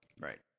Right